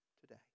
today